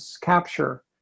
capture